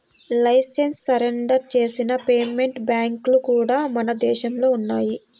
licence surrender చేసిన payment బ్యాంక్లు కూడా మన దేశంలో ఉన్నయ్యి